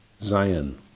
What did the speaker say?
Zion